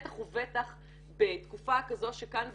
בטח ובטח בתקופה כזו שכאן ועכשיו,